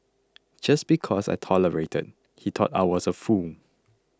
just because I tolerated he thought I was a fool